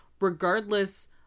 regardless